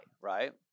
right